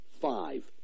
five